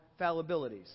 fallibilities